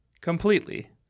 completely